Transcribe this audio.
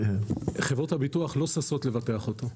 חברות הביטוח לא ששות לבטח אותו.